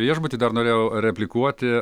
viešbutį dar norėjau replikuoti